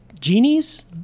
Genies